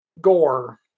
gore